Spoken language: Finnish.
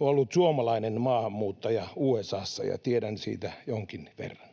ollut suomalainen maahanmuuttaja USA:ssa ja tiedän siitä jonkin verran.